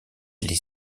les